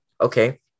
Okay